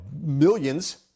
millions